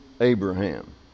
Abraham